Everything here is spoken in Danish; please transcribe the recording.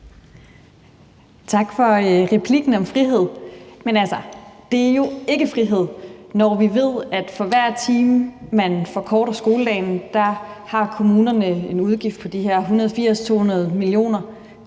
Tak for replikken om frihed, men det er jo altså ikke frihed, når vi ved, at kommunerne, for hver time man forkorter skoledagen, har en udgift på de her 180-200 mio.